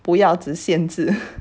不要只限制